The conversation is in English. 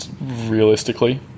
realistically